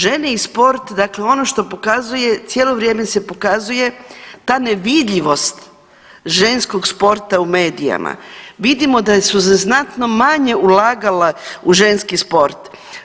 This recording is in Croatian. Žene i sport, dakle ono pokazuje cijelo vrijeme se pokazuje ta nevidljivost ženskog sporta u medijima, vidimo da su se znatno manje ulagala u ženski sport.